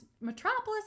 Metropolis